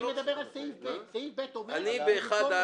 אני מדבר על סעיף (ב) --- אני ב-1(א).